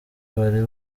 bari